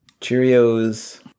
Cheerios